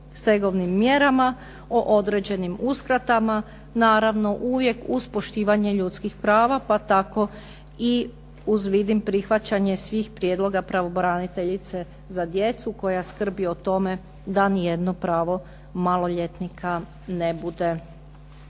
o stegovnim mjerama, o određenim uskratama, naravno uvijek uz poštivanje ljudskih prava, pa tako i uz vidim prihvaćanje svih prijedloga pravobraniteljice za djecu koja skrbi o tome da ni jedno pravo maloljetnika ne bude uskraćeno.